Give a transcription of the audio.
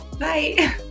bye